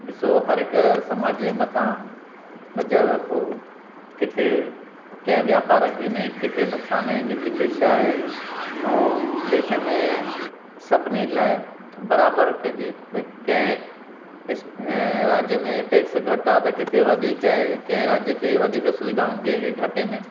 ॾिसो हरहिक समाज जे मथां नज़र रखो किथे कंहिं व्यापार में किथे नुक़सान आहिनि किथे छाहे ऐं देश में सभिनी लाइ बराबरि कजे भाई कंहिं स्ट राज्य में टेक्स घटि आहे त किथे वधीक आहे कंहिं राज्य खे वधीक सुविधाऊं आहिनि कंहिंखे घटि आहिनि